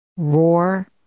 Roar